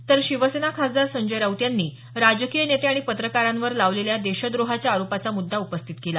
तर शिवसेना खासदार संजय राऊत यांनी राजकीय नेते आणि पत्रकारांवर लावलेल्या देशद्रोहाच्या आरोपाचा मुद्दा उपस्थित केला